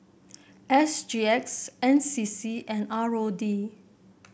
S G X N C C and R O D